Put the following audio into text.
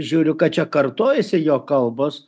žiūriu kad čia kartojasi jo kalbos